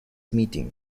meeting